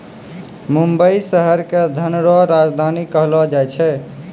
मुंबई शहर के धन रो राजधानी कहलो जाय छै